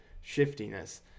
shiftiness